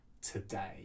today